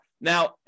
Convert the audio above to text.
Now